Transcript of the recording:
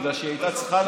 בגלל שהיא הייתה צריכה,